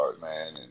man